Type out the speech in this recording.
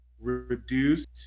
reduced